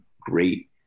great